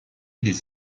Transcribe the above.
les